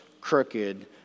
crooked